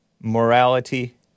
morality